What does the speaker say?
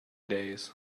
days